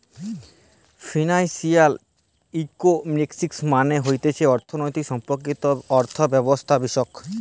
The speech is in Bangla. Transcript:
ফিনান্সিয়াল ইকোনমিক্স মানে হতিছে অর্থনীতি সম্পর্কিত অর্থব্যবস্থাবিষয়ক